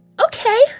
Okay